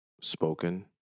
spoken